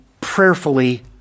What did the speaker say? prayerfully